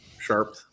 Sharp